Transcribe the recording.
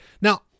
now